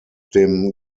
dem